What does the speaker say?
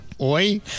Oi